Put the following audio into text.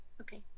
Okay